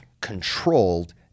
controlled